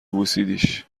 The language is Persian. بوسیدیش